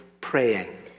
praying